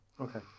Okay